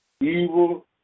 evil